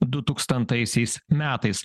du tūkstantaisiais metais